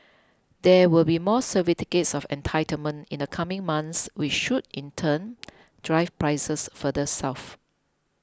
there will be more certificates of entitlement in the coming months which should in turn drive prices further south